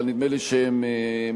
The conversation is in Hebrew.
אבל נדמה לי שהם מתמיהים.